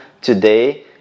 today